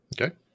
Okay